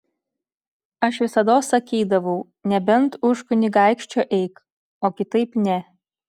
aš visados sakydavau nebent už kunigaikščio eik o kitaip ne